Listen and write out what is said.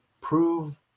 Prove